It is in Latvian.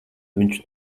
viņš